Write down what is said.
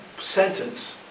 sentence